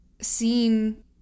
seen